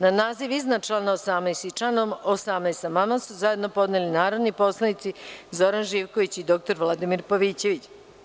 Na naziv iznad člana 18. i član 18. amandman su zajedno podneli narodni poslanici Zoran Živković i dr Vladimir Pavićević.